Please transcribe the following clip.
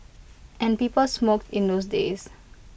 and people smoked in those days